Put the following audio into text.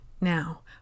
Now